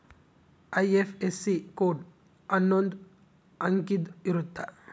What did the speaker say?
IFSC code ಅನ್ನೊಂದ್ ಅಂಕಿದ್ ಇರುತ್ತ